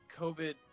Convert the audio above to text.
COVID